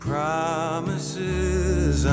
Promises